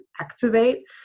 activate